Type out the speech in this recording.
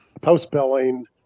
post-billing